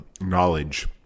knowledge